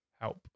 help